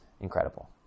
incredible